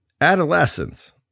Adolescence